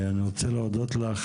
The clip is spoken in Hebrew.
אני רוצה להודות לך,